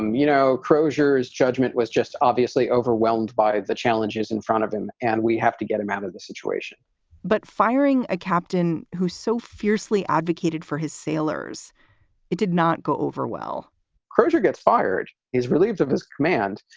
um you know, crozier is judgement was just obviously overwhelmed by the challenges in front of him and we have to get him out of the situation but firing a captain who so fiercely advocated for his sailors did not go over well crozier gets fired, is relieved of his command,